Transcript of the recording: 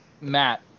matt